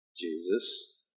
Jesus